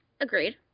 Agreed